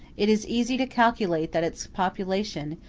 it is easy to calculate that its population,